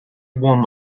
warm